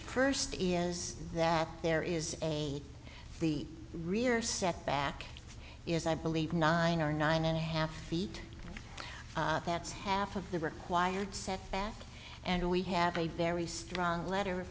first is that there is a the rear set back is i believe nine or nine and a half feet that's half of the required setback and we have a very strong letter